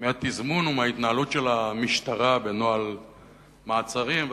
מהתזמון ומההתנהלות של המשטרה בנוהל מעצרים,